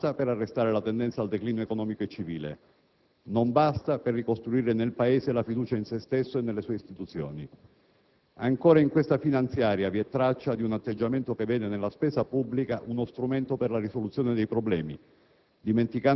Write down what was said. Non basta per arrestare la tendenza al declino economico e civile. Non basta per ricostruire nel Paese la fiducia in se stesso e nelle sue istituzioni. Ancora in questa finanziaria vi è traccia di un atteggiamento che vede nella spesa pubblica uno strumento per la risoluzione dei problemi;